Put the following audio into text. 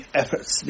efforts